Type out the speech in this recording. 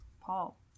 Paul